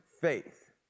faith